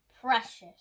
precious